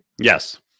Yes